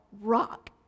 rock